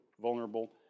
vulnerable